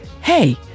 Hey